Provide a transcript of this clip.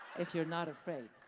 if you're not afraid?